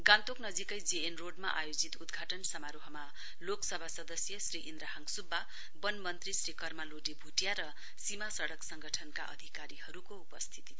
गान्तोक नजीकै जे एऩ रोडमा आयोजित उद्घाटन समारोहमा लोकसभा सदस्य श्री इन्द्रहाङ सुब्बा बन मन्त्री श्री कर्मा लोडे भुटिया र सीमा सड़क संगठनका अधिकारीहरुको उपस्थिती थियो